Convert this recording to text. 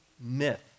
myth